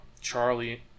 charlie